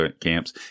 camps